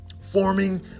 forming